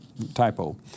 typo